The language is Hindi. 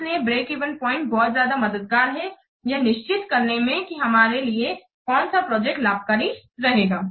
इसलिए ब्रेक इवन प्वाइंट बहुत ज्यादा मददगार है यह निश्चित करने में की हमारे लिए कौन सा प्रोजेक्ट लाभकारी रहेगा